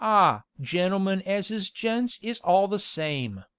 ah! gentlemen as is gents is all the same.